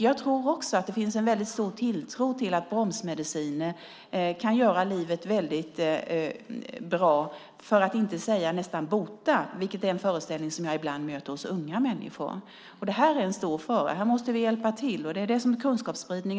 Jag tror också att det finns en väldigt stor tilltro till att bromsmediciner kan göra livet väldigt bra, för att inte säga nästan bota, vilket är en föreställning som jag ibland möter hos unga människor. Det är en stor fara. Här måste vi hjälpa till, och det måste vi göra genom kunskapsspridning.